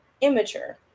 immature